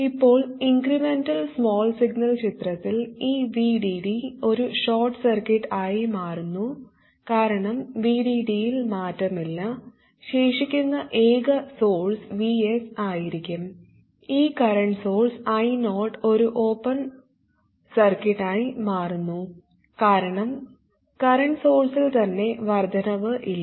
ഇപ്പോൾ incremental small signal ചിത്രത്തിൽ ഈ VDD ഒരു ഷോർട്ട് സർക്യൂട്ട് ആയി മാറുന്നു കാരണം VDD യിൽ മാറ്റമില്ല ശേഷിക്കുന്ന ഏക സോഴ്സ് Vs ആയിരിക്കും ഈ കറന്റ് സോഴ്സ് I0 ഒരു ഓപ്പൺ സർക്യൂട്ടായി മാറുന്നു കാരണം നിലവിലെ സോഴ്സിൽ തന്നെ വർദ്ധനവ് ഇല്ല